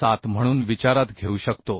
307 म्हणून विचारात घेऊ शकतो